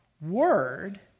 word